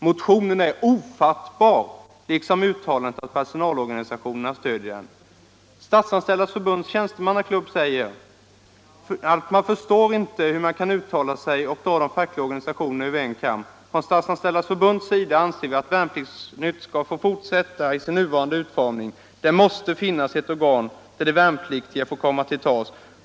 Motionen är ofattbar liksom uttalandet att personalorganisationerna stöder den.” Statsanställdas förbunds tjänstemannaklubb säger: ”Förstår inte hur -—-- kan uttala sig och dra de fackliga organisa tionerna över en kam. Från Statsanställdas förbunds sida anser vi att Värnpliktsnytt ska få fortsätta i sin nuvarande utformning. Det måste finnas ett organ, där de värnpliktiga får komma till tals.